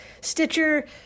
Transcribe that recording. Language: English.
Stitcher